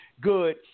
good